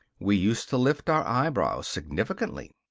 we used to lift our eyebrows significantly.